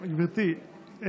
גברתי,